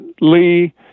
Lee